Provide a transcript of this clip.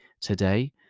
today